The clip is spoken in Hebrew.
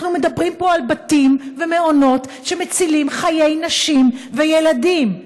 אנחנו מדברים פה על בתים ומעונות שמצילים חיי נשים וילדים,